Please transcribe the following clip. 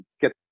get